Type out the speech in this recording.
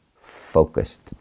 focused